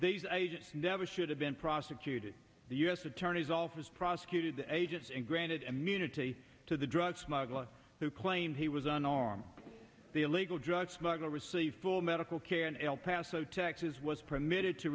these agents never should have been prosecuted the u s attorney's office prosecuted the agents and granted immunity to the drug smuggler who claimed he was unarmed the illegal drug smuggler received full medical care in el paso texas was permitted to